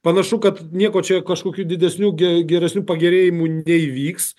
panašu kad nieko čia kažkokių didesnių ge geresnių pagerėjimų neįvyks